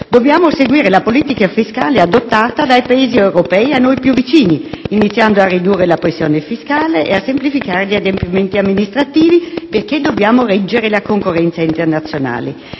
Dobbiamo seguire la politica fiscale adottata dai Paesi europei a noi più vicini iniziando a ridurre la pressione fiscale e a semplificare gli adempimenti amministrativi perché dobbiamo reggere la concorrenza internazionale.